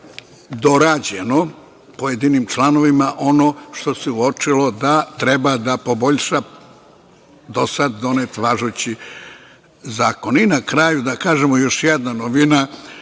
dorađeno pojedinim članovima ono što se uočilo da treba da poboljša do sad donet važeći zakon. Na kraju, da kažemo, još jedna novina,